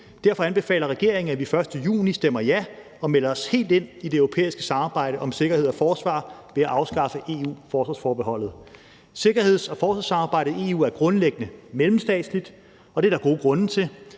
Derfor anbefaler regeringen, at vi den 1. juni stemmer ja og melder os helt ind i det europæiske samarbejde om sikkerhed og forsvar ved at afskaffe EU-forsvarsforbeholdet. Sikkerheds- og forsvarssamarbejdet i EU er grundlæggende mellemstatsligt, og det er der gode grunde til.